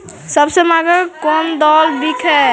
सबसे महंगा कोन दाल बिक है बताहु तो?